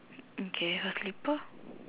okay her slipper